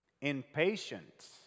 impatience